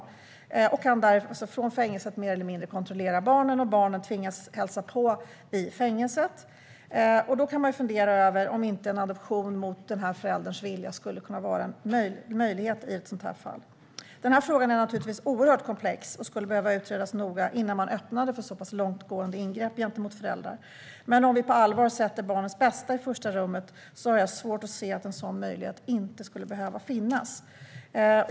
Från fängelset kan föräldern därför mer eller mindre kontrollera barnen, och barnen tvingas att hälsa på i fängelset. I ett sådant fall kan man fundera över om inte en adoption mot förälderns vilja skulle kunna vara en möjlighet. Frågan är naturligtvis oerhört komplex och skulle behöva utredas noga innan man öppnade för så pass långtgående ingrepp gentemot föräldrar. Men om vi på allvar sätter barnens bästa i första rummet har jag svårt att se att en sådan möjlighet inte skulle behöva finnas.